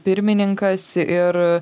pirmininkas ir